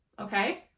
okay